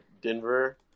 Denver